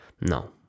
no